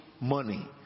money